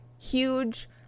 Huge